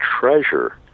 treasure